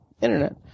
internet